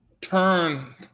turn